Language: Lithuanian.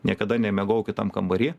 niekada nemiegojau kitam kambary